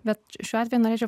bet šiuo atveju norėčiau